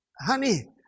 Honey